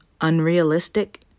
unrealistic